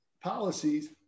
policies